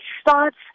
starts